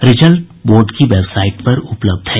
result board की website पर उपलब्ध है